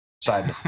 side